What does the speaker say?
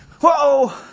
whoa